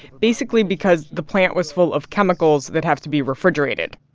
basically, because the plant was full of chemicals that have to be refrigerated.